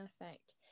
Perfect